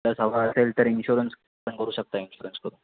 जर असेल तर इन्शुरन्स पण करू शकता इन्शुरन्स करून